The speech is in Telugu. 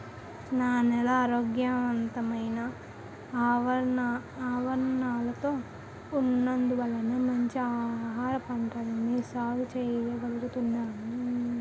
నా నేల ఆరోగ్యవంతమైన లవణాలతో ఉన్నందువల్ల మంచి ఆహారపంటల్ని సాగు చెయ్యగలుగుతున్నాను